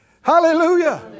Hallelujah